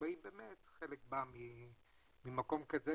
חלקנו בא ממקום כזה,